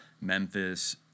Memphis